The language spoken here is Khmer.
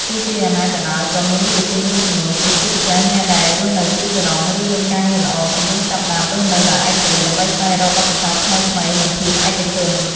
ទោះជាយ៉ាងណាក៏ដោយ ក៏មានយុវជនមួយចំនួនទៀត ជាពិសេសអ្នកដែលរស់នៅទីក្រុង ឬមានការងារល្អ កំពុងចាប់ផ្តើមរស់នៅដោយឯករាជ្យ ដើម្បីស្វែងរកបទពិសោធន៍ថ្មីៗ និងភាពឯកជន។